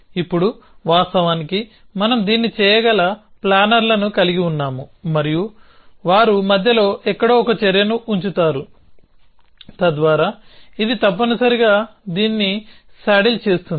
ఇప్పుడు వాస్తవానికి మనం దీన్ని చేయగల ప్లానర్లను కలిగి ఉన్నాము మరియు వారు మధ్యలో ఎక్కడో ఒక చర్యను ఉంచుతారు తద్వారా ఇది తప్పనిసరిగా దీన్ని సాడిల్ చేస్తుంది